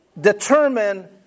determine